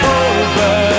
over